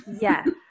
Yes